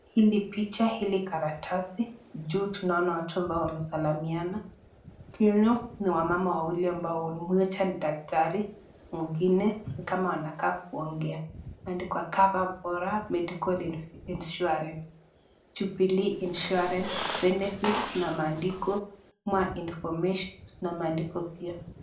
Hili picha, hili karatasi. Juu tunaona watu ambao wamesalimiana, tena ni wamama wawili ambaye mmoja ni daktari mwingine ni kama anakaa kuongea. Imeandikwa Cover Bora Medical Insurance, Jubilee insurance benefit na maandiko more information na maandiko pia.